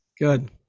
Good